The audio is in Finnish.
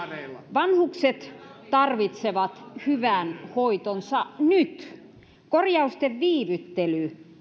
vanhukset tarvitsevat hyvän hoitonsa nyt korjausten viivyttely